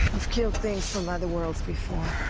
i've killed things from other worlds before.